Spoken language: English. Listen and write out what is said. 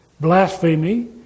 blasphemy